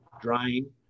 drying